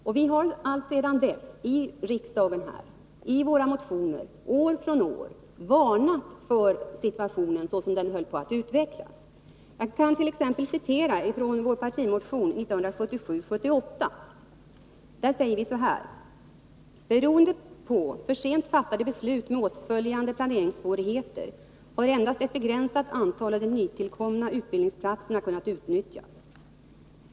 Och vi socialdemokrater har alltsedan dess, i riksdagen och i våra motioner här, år från år varnat för den situation som höll på att utvecklas. Jag kan t.ex. citera från vår partimotion 1977/78:628. Där sade vi: ”Beroende på för sent fattade beslut med åtföljande planeringssvårigheter har endast ett begränsat antal av de nytillkomna utbildningsplatserna kunnat utnyttjas.